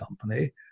company